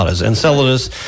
Enceladus